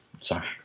Sorry